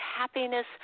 happiness